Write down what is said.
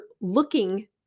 looking